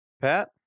Pat